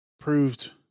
Proved